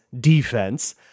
defense